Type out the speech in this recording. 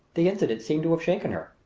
the incident seemed to have shaken her.